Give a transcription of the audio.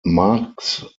marx